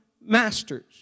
masters